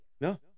No